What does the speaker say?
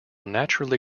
naturally